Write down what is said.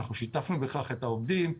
שיתפנו בכך את העובדים,